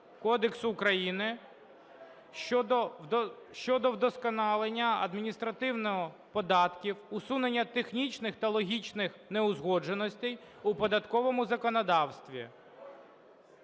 кодексу України щодо вдосконалення адміністрування податків, усунення технічних та логічних неузгодженостей у податковому законодавстві.